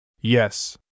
Yes